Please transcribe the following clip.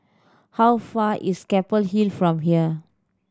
how far is Keppel Hill from here